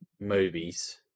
movies